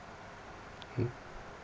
mm